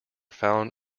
found